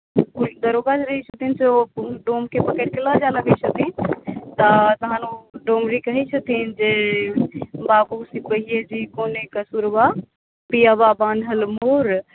दरोगा जे रहैत छथिन जे ओ डोमकेँ पकड़िके लऽ जाय लगैत छथिन तऽ तहन ओ डोमरी कहैत छथिन जे बाबू सिपहिये जी कओने कसुरबा पियबा बान्हल मोर